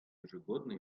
ежегодно